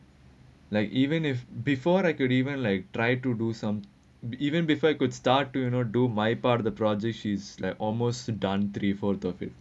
like even if before I could even like try to do some even before I could start to you know do my part of the project she's like almost done three fourth of it